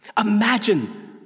Imagine